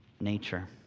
nature